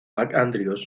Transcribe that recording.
andrews